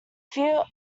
few